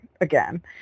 again